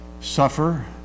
suffer